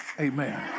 Amen